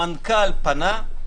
המנכ"ל פנה.